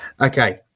Okay